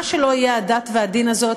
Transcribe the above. מה שלא יהיו הדת והדין האלה,